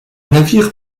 navires